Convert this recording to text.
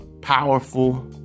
powerful